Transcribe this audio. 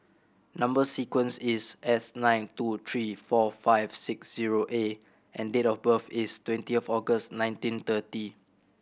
number sequence is S nine two three four five six zero A and date of birth is twentieth August nineteen thirty